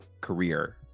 career